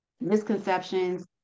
misconceptions